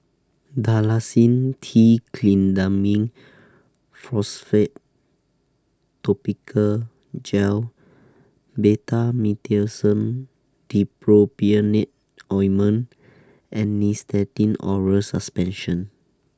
Dalacin T Clindamycin Phosphate Topical Gel Betamethasone Dipropionate Ointment and Nystatin Oral Suspension